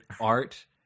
art